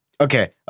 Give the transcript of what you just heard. Okay